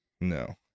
No